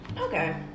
Okay